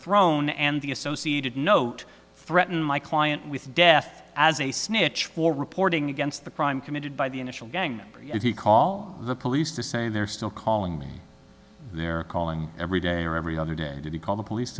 thrown and the associated note threaten my client with death as a snitch for reporting against the crime committed by the initial gang member if you call the police to say they're still calling me they're calling every day or every other day to be called the police